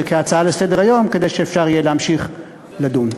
כהצעה לסדר-היום כדי שאפשר יהיה להמשיך לדון.